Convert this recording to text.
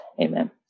Amen